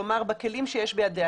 כלומר בכלים שיש בידיה.